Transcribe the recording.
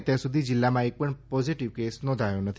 અત્યાર સુધીમાં જિલ્લામાં એક પણ પોઝીટીવ કેસ નોંધાયો નથી